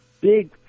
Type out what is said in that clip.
Big